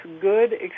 good